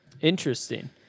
interesting